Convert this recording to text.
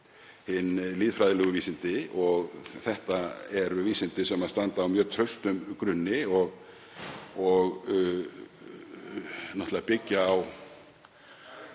hin lýðfræðilegu vísindi sem eru vísindi sem standa á mjög traustum grunni og byggja á